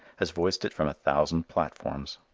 has voiced it from a thousand platforms.